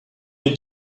here